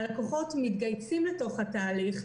הלקוחות מתגייסים לתוך התהליך.